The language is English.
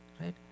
right